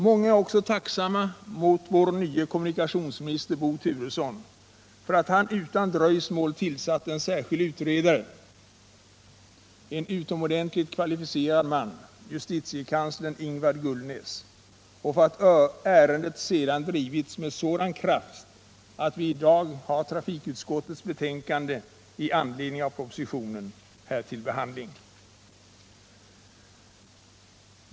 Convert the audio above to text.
Många är också tacksamma mot vår nye kommunikationsminister Bo Turesson för att han utan dröjsmål tillsatte en särskild utredare, en utomordentligt kvalificerad man, justitiekanslern Ingvar Gullnäs, och för att ärendet sedan drivits med sådan kraft att vi i dag har trafikutskottets betänkande med anledning av propositionen här till behandling.